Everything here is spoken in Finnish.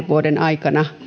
vuoden aikana